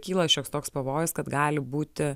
kyla šioks toks pavojus kad gali būti